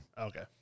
Okay